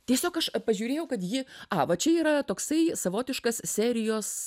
tiesiog aš pažiūrėjau kad ji a va čia yra toksai savotiškas serijos